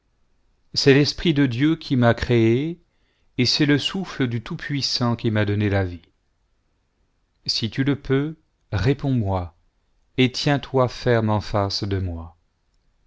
c'est l'esprit de dieu qui m'a créé et c'est le souffle du tout-puissant qui m'a donné la vie si tu le peux réponds-moi et tienstoi ferme en face de moi